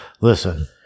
listen